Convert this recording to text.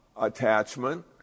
attachment